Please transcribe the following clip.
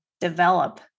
develop